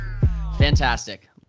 Fantastic